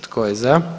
Tko je za?